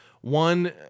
One